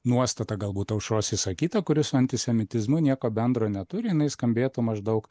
nuostata galbūt aušros išsakyta kuri su antisemitizmu nieko bendro neturi jinai skambėtų maždaug